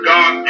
God